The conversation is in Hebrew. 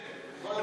עצור.